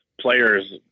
players